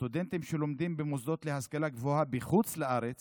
סטודנטים שלומדים במוסדות להשכלה גבוהה בחוץ לארץ